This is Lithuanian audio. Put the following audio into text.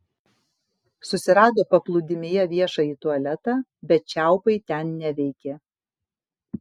susirado paplūdimyje viešąjį tualetą bet čiaupai ten neveikė